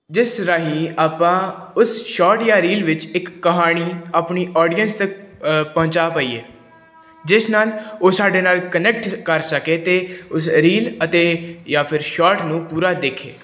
ਜਿਸ ਰਾਹੀਂ ਆਪਾਂ ਉਸ ਸ਼ੋਰਟ ਜਾਂ ਰੀਲ ਵਿੱਚ ਇੱਕ ਕਹਾਣੀ ਆਪਣੀ ਓਡੀਅੰਸ ਤੱਕ ਪਹੁੰਚਾ ਪਾਈਏ ਜਿਸ ਨਾਲ ਉਹ ਸਾਡੇ ਨਾਲ ਕਨੈਕਟ ਕਰ ਸਕੇ ਅਤੇ ਉਸ ਰੀਲ ਅਤੇ ਜਾਂ ਫਿਰ ਸ਼ੋਰਟ ਨੂੰ ਪੂਰਾ ਦੇਖੇ